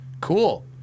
Cool